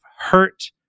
hurt